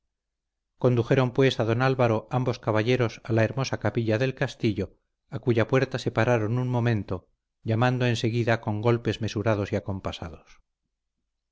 condujeron pues a don álvaro ambos caballeros a la hermosa capilla del castillo a cuya puerta se pararon un momento llamando enseguida con golpes mesurados y acompasados